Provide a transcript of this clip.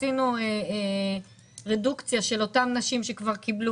עשינו רדוקציה של אותן נשים שכבר קיבלו